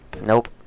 Nope